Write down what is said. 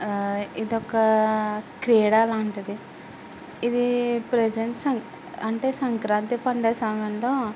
ఇదొక క్రీడాలాంటిది ఇదీ ప్రజంట్ అంటే సంక్రాంతి పండగ సమయంలో